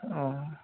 অঁ